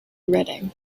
redding